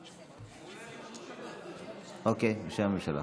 סעיף 31, אוקיי, בשם הממשלה.